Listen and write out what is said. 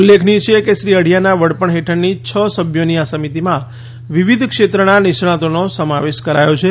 ઉલ્લેખનિય છે કે શ્રી અઢીયાના વડપણ હેઠળની છ સભ્યોની આ સમિતીમાં વિવિધ ક્ષેત્રના નિષ્ણાતોનો સમાવેશ કરાયો છે